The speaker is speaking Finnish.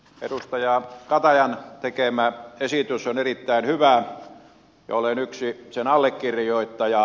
edustaja katajan tekemä esitys on erittäin hyvä ja olen yksi sen allekirjoittaja